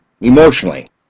emotionally